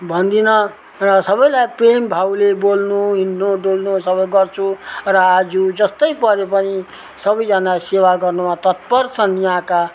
नराम्रो भन्दिनँ र सबैलाई प्रेमभावले बोल्नु हिँड्नु डुल्नु सबै गर्छु र आज जस्तै परे पनि सबैजना सेवा गर्नुमा तत्पर छन् यहाँका